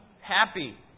happy